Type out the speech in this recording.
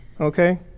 Okay